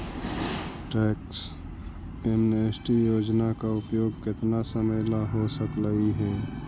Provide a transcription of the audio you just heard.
tax amnesty योजना का उपयोग केतना समयला हो सकलई हे